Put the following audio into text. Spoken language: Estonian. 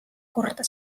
korda